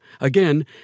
Again